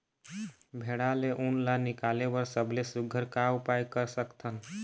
भेड़ा ले उन ला निकाले बर सबले सुघ्घर का उपाय कर सकथन?